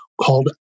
called